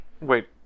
Wait